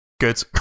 Good